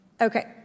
Okay